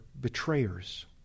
betrayers